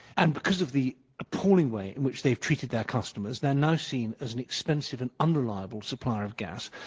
and because of the appalling way in which they've treated their customers, they're now seen as an expensive and unreliable supplier of gas,